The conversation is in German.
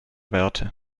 werte